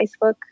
Facebook